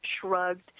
shrugged